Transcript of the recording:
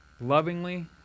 lovingly